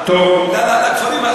לכפרים?